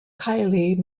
kylie